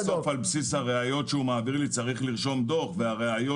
אבל אני בסוף על בסיס הראיות שהוא מעביר לי צריך לרשום דוח והראיות